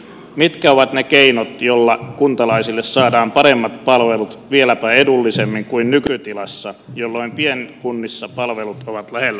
mitkä ovat ne keinot joilla kuntalaisille saadaan paremmat pal velut vieläpä edullisemmin kuin nykytilassa jolloin pienkunnissa palvelut ovat lähellä kuntalaista